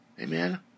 Amen